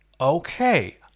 Okay